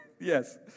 Yes